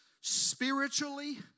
spiritually